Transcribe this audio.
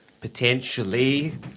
potentially